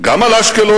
גם על אשקלון